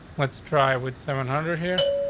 let's try with seven hundred here.